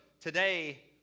today